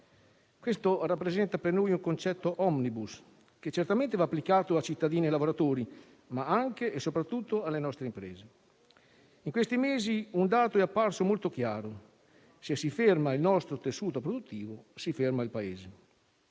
Questo rappresenta per noi un concetto *omnibus*, che certamente va applicato a cittadini e lavoratori, ma anche e soprattutto alle nostre imprese. In questi mesi un dato è apparso molto chiaro: se si ferma il nostro tessuto produttivo, si ferma il Paese.